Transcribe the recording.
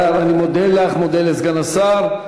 טוב, רבותי, אני מודה לסגן השר.